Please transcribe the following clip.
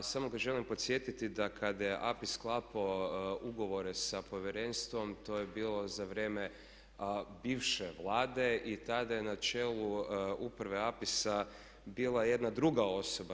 A samo ga želim podsjetiti da kada je Apis sklapao ugovore sa Povjerenstvom to je bilo za vrijeme bivše Vlade i tada je na čelu uprave Apisa bila jedna druga osoba.